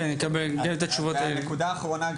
הנקודה האחרונה,